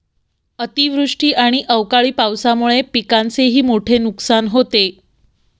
अतिवृष्टी आणि अवकाळी पावसामुळे पिकांचेही मोठे नुकसान होते